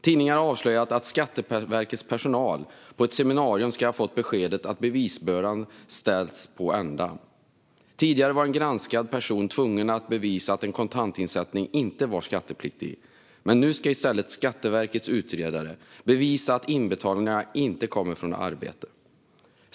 Tidningar har avslöjat att Skatteverkets personal på ett seminarium ska ha fått beskedet att bevisbördan ställts på ända. Tidigare var en granskad person tvungen att bevisa att en kontantinsättning inte var skattepliktig. Nu ska i stället Skatteverkets utredare bevisa att inbetalningarna inte kommer från arbete.